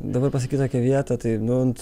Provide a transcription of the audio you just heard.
dabar pasakyt tokią vietą tai nu